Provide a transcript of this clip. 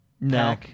No